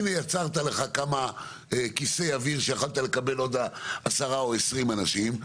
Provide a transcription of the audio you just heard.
הנה יצרת לך כמה כיסי אוויר שיכולת לקבל עוד 10 או 20 אנשים.